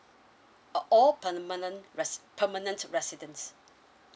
uh all permanent res~ permanent residents